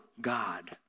God